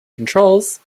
controls